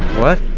what?